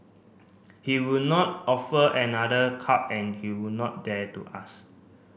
he would not offer another cup and he would not dare to ask